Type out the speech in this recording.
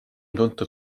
tuntud